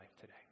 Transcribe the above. today